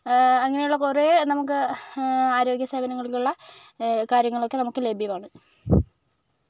അങ്ങനെയുള്ള കുറെ നമുക്ക് ആരോഗ്യ സേവനങ്ങളിൽ ഉള്ള കാര്യങ്ങളൊക്കെ നമുക്ക് ലഭ്യമാണ്